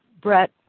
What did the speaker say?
Brett